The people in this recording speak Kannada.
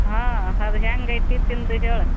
ಹಾಂ ಅದು ಹೆಂಗ್ ಐತಿ ತಿಂದು ಹೇಳು